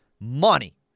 money